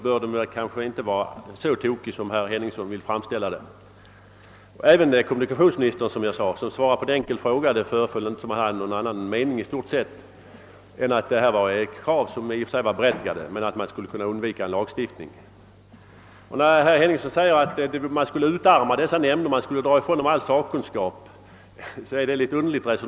Förslaget bör alltså inte vara så tokigt som herr Henningsson vill framställa det. Det föreföll inte heller, såsom jag påpekat, som om kommunikationsministern när han besvarade en enkel fråga om detta spörsmål hade någon annan mening än att kravet på en ändring var i stort sett berättigat. Dock menade han att man borde undvika en lagstiftning. att man skulle utarma nämnderna genom att undandra dem sakkunskap är också underligt.